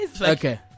okay